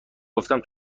گفتم